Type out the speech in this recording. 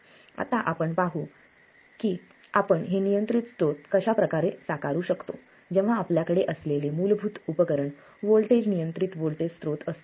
आता आपण पाहू की आपण पण हे नियंत्रित स्त्रोत कशाप्रकारे साकारू शकतो जेव्हा आपल्याकडे असलेले मूलभूत उपकरण व्होल्टेज नियंत्रित व्होल्टेज स्त्रोत असते